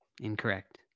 Incorrect